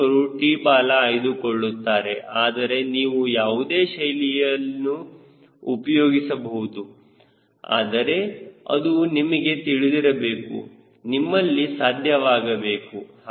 ಯುವಕರು T ಬಾಲ ಆಯ್ದುಕೊಳ್ಳುತ್ತಾರೆ ಆದರೆ ನೀವು ಯಾವುದೇ ಶೈಲಿಯನ್ನು ಉಪಯೋಗಿಸಬಹುದು ಆದರೆ ಅದು ನಿಮಗೆ ತಿಳಿದಿರಬೇಕು ನಿಮ್ಮಲ್ಲಿ ಸಾಧ್ಯವಾಗಬೇಕು